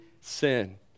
sin